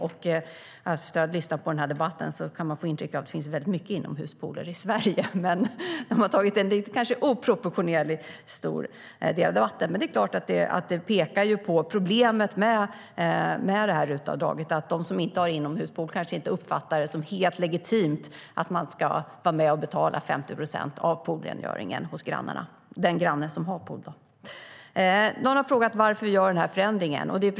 Efter att ha lyssnat på den här debatten kan man få intrycket att det finns väldigt många inomhuspooler i Sverige; de har kanske tagit en oproportionerligt stor del av debatten. Men det är klart att detta pekar på problemet med RUT-avdraget. De som inte har inomhuspool kanske inte uppfattar det som helt legitimt att man ska vara med och betala 50 procent av poolrengöringen hos de grannar som har pool. Någon har frågat varför vi gör den här förändringen.